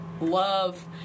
love